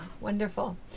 wonderful